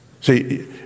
See